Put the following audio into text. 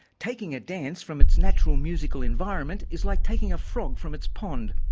taking a dance from its natural musical environment is like taking a frog from its pond.